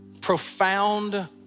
profound